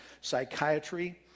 psychiatry